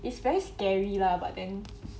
it's very scary lah but then